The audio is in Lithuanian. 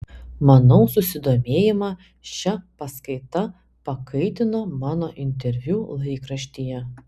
manau susidomėjimą šia paskaita pakaitino mano interviu laikraštyje